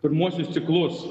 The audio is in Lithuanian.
pirmuosius ciklus